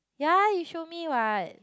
ya you show me what